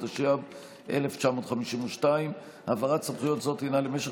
התשי"ב 1952. העברת סמכויות זו היא למשך